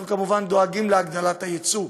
אנחנו כמובן דואגים להגדלת הייצוא.